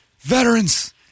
veterans